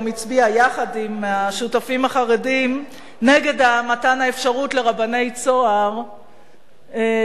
הצביע יחד עם השותפים החרדים נגד מתן האפשרות לרבני "צהר" לחתן,